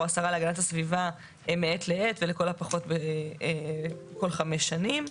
השרה להגנת הסביבה מעת לעת ולכל הפחות כל חמש שנים.